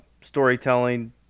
storytelling